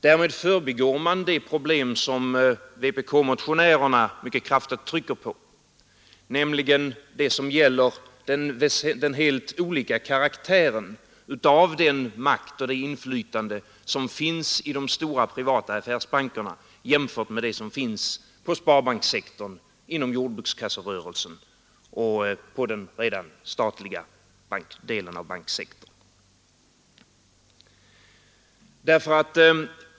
Därmed förbigår man det som vpk-motionärerna mycket kraftigt trycker på, nämligen den helt olika karaktären av den makt och det inflytande som finns i de stora privata affärsbankerna och det som finns på sparbankssektorn, inom jordbrukskasserörelsen och på den redan statliga delen av banksektorn.